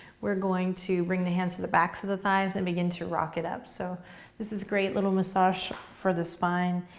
we're going to bring the hands to the backs of the thighs and begin to rock it up. so this is a great little massage for the spine,